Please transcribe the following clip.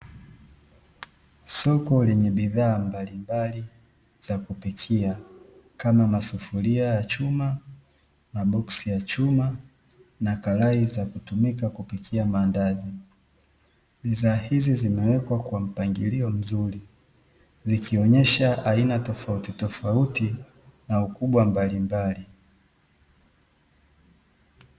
Soko lenye bidhaa mbalimbali za kupikia kama masufuria ya chuma, maboksi ya chuma na karai za kutumika kupikia maandazi. Bidhaa hizi zimewekwa kwa mpangilio mzuri zikionyesha aina tofautitofauti na ukubwa mbalimbali.